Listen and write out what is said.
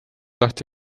lahti